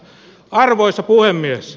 arvoisa puhemies